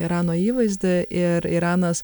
irano įvaizdį ir iranas